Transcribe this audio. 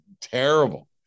Terrible